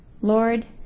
Lord